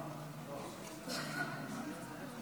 חברי וחברות הכנסת,